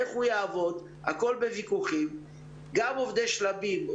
רוב עובדי "שלבים"